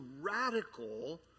radical